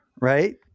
Right